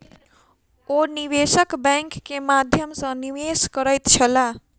ओ निवेशक बैंक के माध्यम सॅ निवेश करैत छलाह